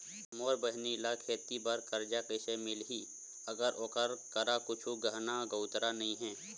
मोर बहिनी ला खेती बार कर्जा कइसे मिलहि, अगर ओकर करा कुछु गहना गउतरा नइ हे?